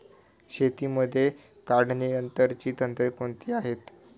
शेतीमध्ये काढणीनंतरची तंत्रे कोणती आहेत?